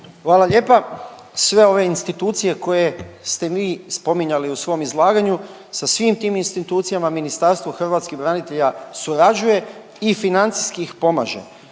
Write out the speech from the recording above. Hvala lijepa. Sve ove institucije koje ste vi spominjali u svom izlaganju, sa svim tim institucijama Ministarstvo hrvatskih branitelja surađuje i financijski ih pomaže,